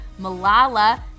Malala